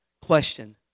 Question